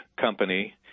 company